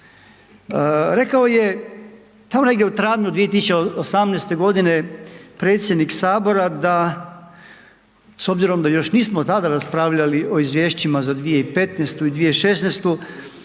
Rekao je tamo negdje u travnju 2018. godine predsjednik sabora da s obzirom da još nismo tada raspravljali o izvješćima za 2015. i 2016. da